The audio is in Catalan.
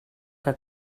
que